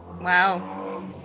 Wow